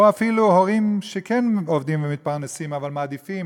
או אפילו הורים שכן עובדים ומתפרנסים אבל מעדיפים